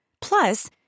Plus